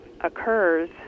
occurs